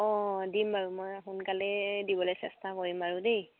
অঁ দিম বাৰু মই সোনকালে দিবলে চেষ্টা কৰিম বাৰু দেই